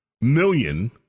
million